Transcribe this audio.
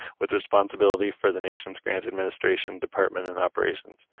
with responsibility for the nation's grant administration department and operations.